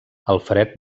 alfred